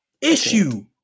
issue